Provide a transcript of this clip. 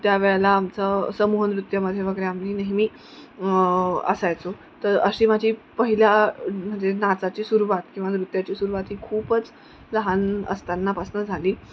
त्यावेळेला आमचं समूहनृत्यमध्ये वगैरे आम्ही नेहमी असायचो तर अशी माझी पहिल्या म्हणजे नाचाची सुरुवात किंवा नृत्याची सुरुवात ही खूपच लहान असतानापासून झाली